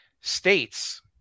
states